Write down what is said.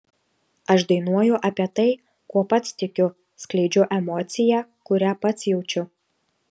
aš dainuoju apie tai kuo pats tikiu skleidžiu emociją kurią pats jaučiu